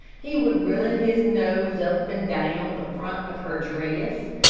he would run his nose up and down the front of her dress,